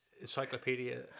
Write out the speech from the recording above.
encyclopedia